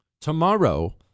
Tomorrow